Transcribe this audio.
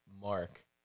Mark